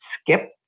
skip